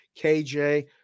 KJ